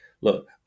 Look